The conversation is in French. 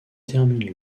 termine